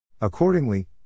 Accordingly